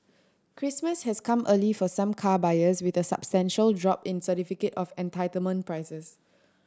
Christmas has come early for some car buyers with a substantial drop in certificate of entitlement prices